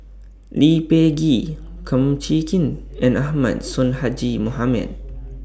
Lee Peh Gee Kum Chee Kin and Ahmad Sonhadji Mohamad